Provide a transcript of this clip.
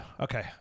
Okay